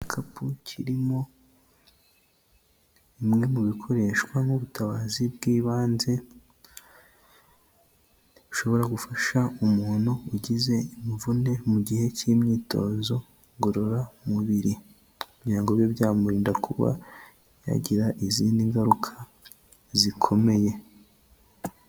Igikapu kirimo bimwe mu bikoreshwa mu butabazi bw'ibanze, bishobora gufasha umuntu ugize imvune mu gihe cy'imyitozo ngororamubiri kugirango ngo bibe byamurinda kuba yagira izindi ngaruka zikomeye.